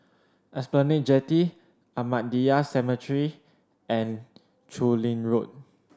Esplanade Jetty Ahmadiyya Cemetery and Chu Lin Road